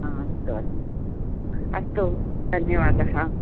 हा अस्तु अस्तु अस्तु धन्यवादः